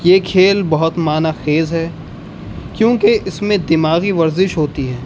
یہ کھیل بہت معنی خیز ہے کیونکہ اس میں دماغی ورزش ہوتی ہیں